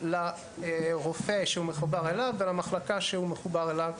לבין הרופא שמחובר אליו והמחלקה שהוא מחובר אליה.